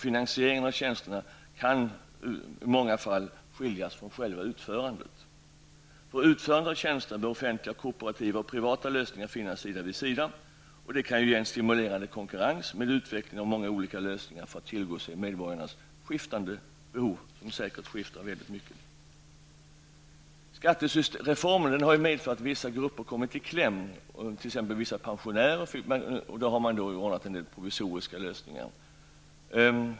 Finansieringen av tjänsterna kan i många fall skiljas från själva utförandet. För utförandet av tjänsterna bör offentliga, kooperativa och privata lösningar finnas sida vid sida. Det kan ge en stimulerande konkurrens med utveckling av många olika lösningar för att tillgodose medborgarnas behov som säkert skiftar mycket. Skattereformen har ju medfört att vissa grupper har kommit i kläm, t.ex. vissa pensionärer. Här har man då ordnat en del provisoriska lösningar.